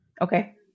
Okay